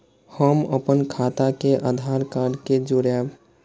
हम अपन खाता के आधार कार्ड के जोरैब?